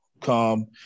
come